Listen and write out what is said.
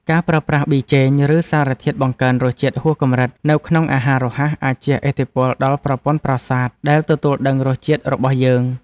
ការប្រើប្រាស់ប៊ីចេង ឬសារធាតុបង្កើនរសជាតិហួសកម្រិតនៅក្នុងអាហាររហ័សអាចជះឥទ្ធិពលដល់ប្រព័ន្ធប្រសាទដែលទទួលដឹងរសជាតិរបស់យើង។